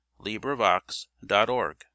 LibriVox.org